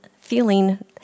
feeling